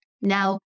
Now